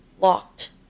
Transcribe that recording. locked